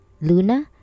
Luna